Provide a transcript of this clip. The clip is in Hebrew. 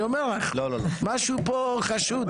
משהו פה חשוד.